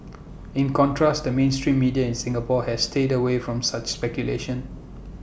in contrast the mainstream media in Singapore has stayed away from such speculation